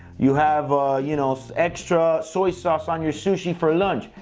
you have you know so extra soy sauce on your sushi for lunch.